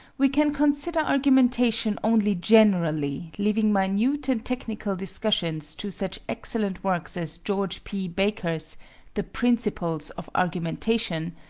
we can consider argumentation only generally, leaving minute and technical discussions to such excellent works as george p. baker's the principles of argumentation,